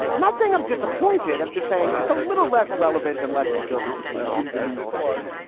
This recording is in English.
i'm not saying i'm disappointed. i'm just saying it's a little less relevant and less deserving to be in the news section.